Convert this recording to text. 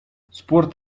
спорт